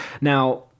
Now